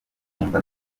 nkumva